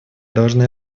должны